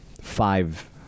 five